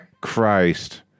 Christ